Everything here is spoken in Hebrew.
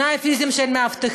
על התנאים הפיזיים של המאבטחים,